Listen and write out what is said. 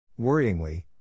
Worryingly